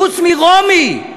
חוץ מרומי,